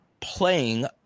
playing